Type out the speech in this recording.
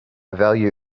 value